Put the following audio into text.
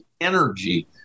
energy